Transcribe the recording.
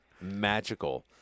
Magical